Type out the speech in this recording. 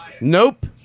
Nope